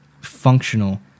functional